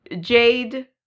Jade